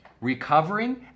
recovering